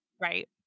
Right